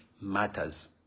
matters